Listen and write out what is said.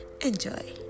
enjoy